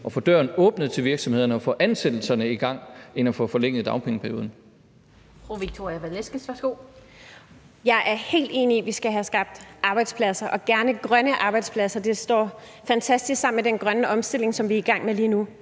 at få døren åbnet til virksomhederne og få ansættelserne i gang end at få forlænget dagpengeperioden.